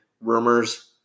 rumors